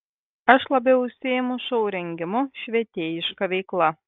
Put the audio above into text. aš labiau užsiimu šou rengimu švietėjiška veikla